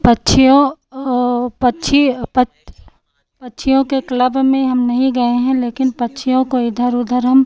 पक्षियों और पक्षी पक्षियों के क्लब में हम नहीं गए हैं लेकिन पक्षियों को इधर उधर हम